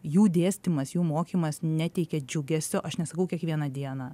jų dėstymas jų mokymas neteikia džiugesio aš nesakau kiekvieną dieną